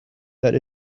that